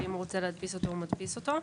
ואם הוא רוצה להדפיס אותו הוא מדפיס אותו.